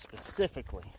specifically